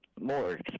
more